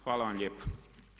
Hvala vam lijepa.